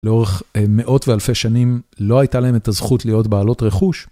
לאורך מאות ואלפי שנים לא הייתה להם את הזכות להיות בעלות רכוש.